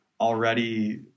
already